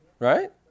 Right